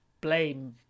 blame